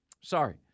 Sorry